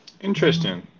Interesting